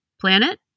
planet